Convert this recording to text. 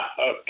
okay